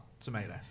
Tomatoes